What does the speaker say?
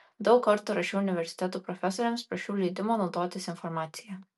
daug kartų rašiau universitetų profesoriams prašiau leidimo naudotis informacija